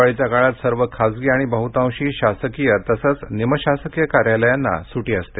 दिवाळीच्या सर्व खासगी आणि बहुतांशी शासकीय तसेच निमशासकीय कार्यालयांना सुटी असते